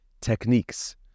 techniques